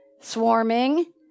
Swarming